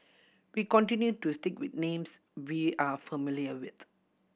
we continue to stick with names we are familiar with